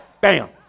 Bam